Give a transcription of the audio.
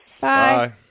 Bye